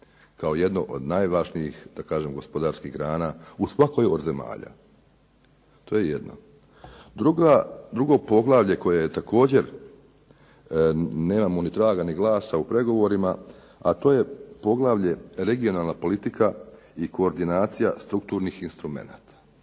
kao jednoj od najvažnijih gospodarskih grana u svakoj od zemalja? To je jedno. Drugo poglavlje koje također nema mu ni traga ni glasa u pregovorima, a to je poglavlje Regionalna politika i koordinacija strukturnih instrumenata.